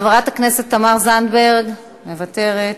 חברת הכנסת תמר זנדברג, מוותרת,